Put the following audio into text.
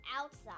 outside